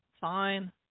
fine